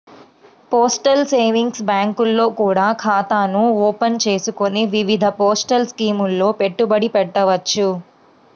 postal savings బ్యాంకుల్లో కూడా ఖాతాను ఓపెన్ చేసుకొని వివిధ పోస్టల్ స్కీముల్లో పెట్టుబడి పెట్టవచ్చు